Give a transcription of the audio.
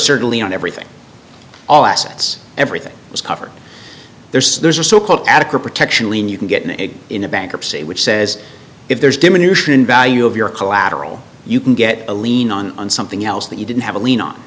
certainly on everything all assets everything is covered there so there's a so called adequate protection when you can get an a in a bankruptcy which says if there's diminution in value of your collateral you can get a lien on on something else that you didn't have a lien on